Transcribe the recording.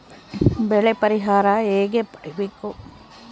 ಬೆಳೆ ಪರಿಹಾರ ಹೇಗೆ ಪಡಿಬೇಕು?